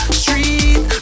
street